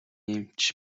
эмч